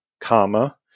comma